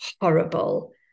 horrible